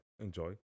enjoy